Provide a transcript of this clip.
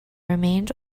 remained